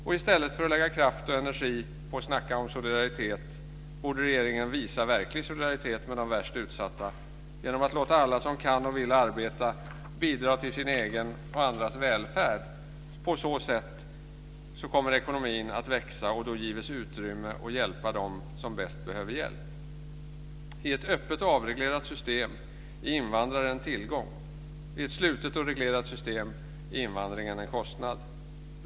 I stället för att lägga kraft och energi på att snacka om solidaritet borde regeringen visa verklig solidaritet med de värst utsatta genom att låta alla som kan och vill arbeta bidra till sin egen och andras välfärd. På så sätt kommer ekonomin att växa, och gå ges utrymme att hjälpa dem som bäst behöver hjälp. I ett öppet och avreglerat system är invandraren en tillgång. I ett slutet och reglerat system är invandringen en kostnad.